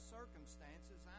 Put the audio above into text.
circumstances